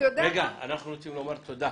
רגע, אנחנו רוצים לומר תודה